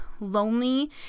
lonely